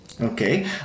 Okay